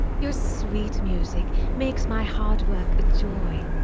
your sweet music makes my hard work a joy.